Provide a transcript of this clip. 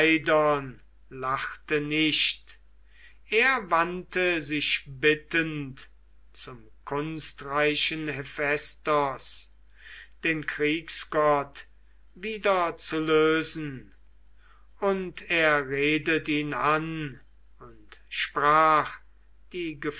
lachte nicht mit er wandte sich bittend zum kunstreichen hephaistos den kriegsgott wieder zu lösen und er redet ihn an und sprach die